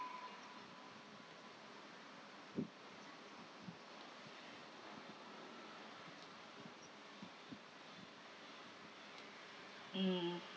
mm